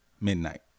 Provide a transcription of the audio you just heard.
midnight